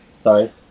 Sorry